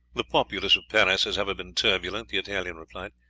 the populace of paris has ever been turbulent, the italian replied.